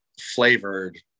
flavored